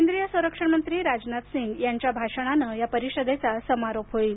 केंद्रीय संरक्षण मंत्री राजनाथ सिंग यांच्या भाषणानं परिषदेचा समारोप होईल